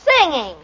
singing